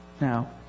Now